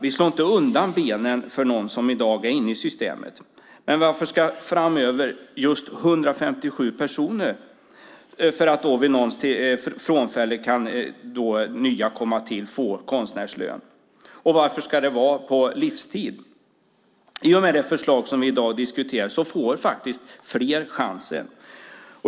Vi slår inte undan benen för någon som i dag är inne i systemet. Men varför ska framöver just 157 personer - efter någons frånfälle skulle nya komma till - få konstnärslön? Varför ska det vara på livstid? I och med det förslag som vi i dag diskuterar får fler chansen.